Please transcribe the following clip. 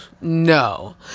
No